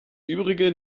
übrige